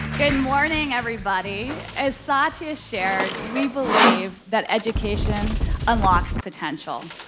good morning, everybody. as sachi has shared, we believe that education unlocks potential.